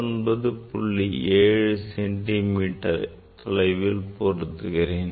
7 centimetre அளவில் பொருத்துகிறேன்